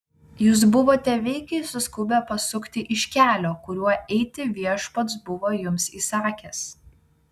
jūs buvote veikiai suskubę pasukti iš kelio kuriuo eiti viešpats buvo jums įsakęs